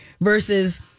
versus